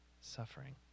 suffering